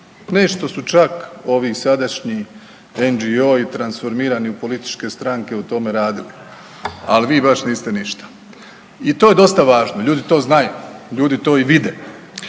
Nešto su čak ovi sadašnji … transformirani u političke stranke u tome radili, ali vi baš niste ništa i to je dosta važno. Ljudi to znaju, ljudi to i vide.